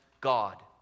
God